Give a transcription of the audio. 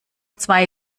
zwei